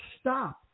stop